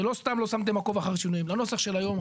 ולא סתם לא שמתם נוסח עקוב אחרי עם השינויים לנוסח של היום,